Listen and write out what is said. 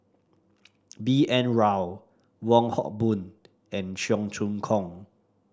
B N Rao Wong Hock Boon and Cheong Choong Kong